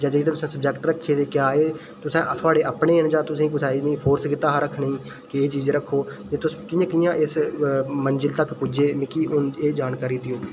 जां जेह्ड़े तुसें सब्जैक्ट रक्खे दे हे जां एह् थुआढ़े अपने न जां तुसें गी कुसै फोर्स कीता हा रक्खने गी कि तुस एह् चीज़ रक्खो कि कि'यां मंजिल तगर पुज्जे मिगी एह् जानकारी देओ